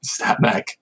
Snapback